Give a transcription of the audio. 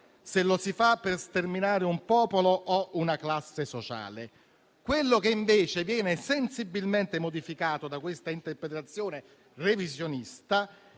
se lo si fa per sterminare un popolo o una classe sociale. Quello che invece viene sensibilmente modificato da questa interpretazione revisionista